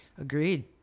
agreed